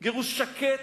גירוש שקט,